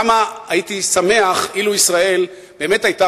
כמה הייתי שמח אילו ישראל באמת היתה